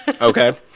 Okay